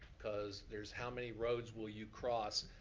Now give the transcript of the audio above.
cause there's how many roads will you cross,